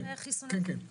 כן.